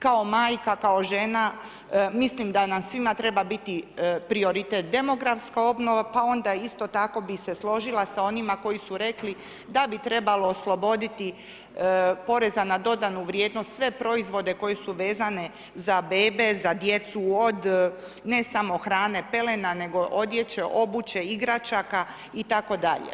Kao majka, kao žena mislim da nam svima treba biti prioritet demografska obnova, pa onda isto tako bih se složila sa onima koji su rekli da bi trebalo osloboditi poreza na dodanu vrijednost sve proizvode koji su vezani za bebe, za djecu, od ne samo hrane, pelena nego odjeće, obuće, igračaka itd.